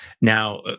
Now